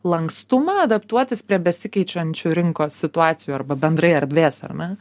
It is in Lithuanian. lankstumą adaptuotis prie besikeičiančių rinkos situacijų arba bendrai erdvės ar ne